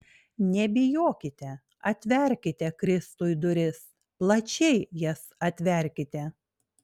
nebijokite atverkite kristui duris plačiai jas atverkite